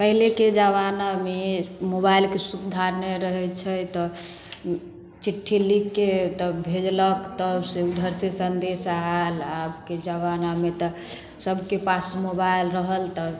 पहिलेके जमानामे मोबाइलके सुविधा नहि रहै छै तऽ चिट्ठी लिखिके तब भेजलक तब से उधर से सन्देशा आएल आबके जमानामे तऽ सभके पास मोबाइल रहल तऽ